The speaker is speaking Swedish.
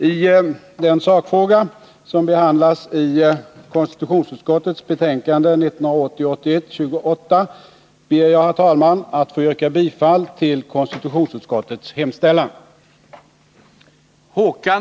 I den sakfråga som behandlas i konstitutionsutskottets betänkande 1980/81:28 ber jag, herr talman, att få yrka bifall till utskottets hemställan.